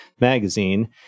Magazine